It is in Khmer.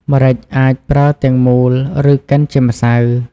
ម្រេចអាចប្រើទាំងមូល ឬកិនជាម្សៅ។